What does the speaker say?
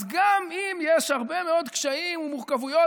אז גם אם יש הרבה מאוד קשיים ומורכבויות,